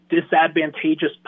disadvantageous